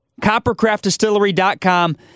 CoppercraftDistillery.com